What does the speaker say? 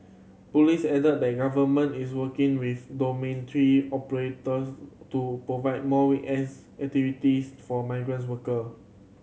police added that the Government is working with dormitory operators to provide more weekends activities for migrants worker